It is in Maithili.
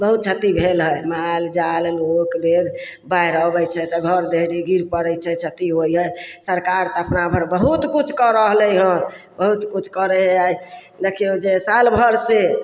बहुत क्षति भेल हइ मालजाल लोक बेद बाढ़ि अबय छै तऽ घर देहड़ी गिर पड़य छै क्षति होइ हइ सरकार अपना भरि बहुत किछु कऽ रहलै हन बहुत किछु करय हइ आइ दखियौ जे साल भरिसँ